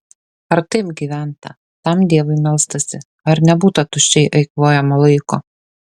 ar taip gyventa tam dievui melstasi ar nebūta tuščiai eikvojamo laiko